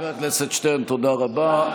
חבר הכנסת שטרן, תודה רבה.